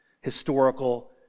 historical